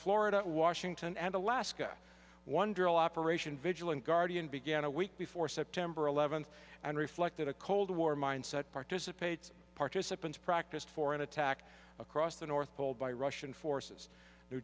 florida washington and alaska one drill operation vigilant guardian began a week before september eleventh and reflected a cold war mindset participates participants practiced for an attack across the north pole by russian forces new